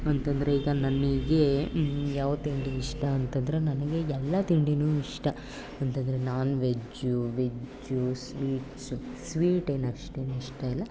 ಅಂತಂದರೆ ಈಗ ನನಗೆ ಯಾವ ತಿಂಡಿ ಇಷ್ಟಾಂತಂದರೆ ನನಗೆ ಎಲ್ಲ ತಿಂಡಿಯೂ ಇಷ್ಟ ಅಂತಂದರೆ ನಾನು ವೆಜ್ಜೂ ವೆಜ್ಜೂ ಸ್ವೀಟ್ಸು ಸ್ವೀಟ್ ಏನು ಅಷ್ಟು ಏನು ಇಷ್ಟ ಇಲ್ಲ